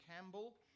Campbell